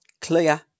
Clear